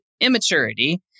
immaturity